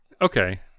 okay